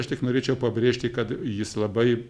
aš tik norėčiau pabrėžti kad jis labai